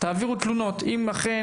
להעביר תלונות למשרד החינוך.